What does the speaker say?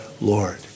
Lord